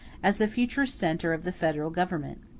as the future centre of the federal government.